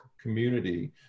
community